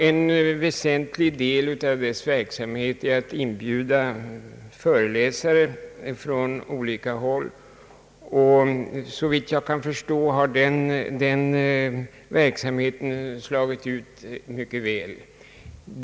En väsentlig del av dess verksamhet är att inbjuda föreläsare från olika håll, och såvitt jag kan förstå har den verksamheten Anslagen till universitet och högskolor slagit mycket väl ut.